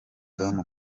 tom